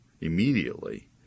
immediately